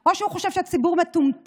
או שהוא חושב שהציבור מטומטם